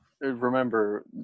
remember